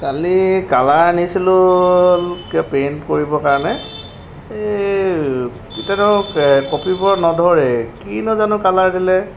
কালি colour আনিছিলো কিয় paint কৰিবৰ কাৰণে এই এতিয়া ধৰক কপিবোৰত নধৰে কিনো জানো কালাৰ দিলে